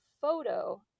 photo